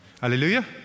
Hallelujah